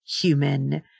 human